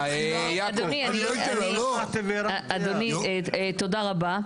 אדוני, תודה רבה.